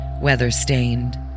weather-stained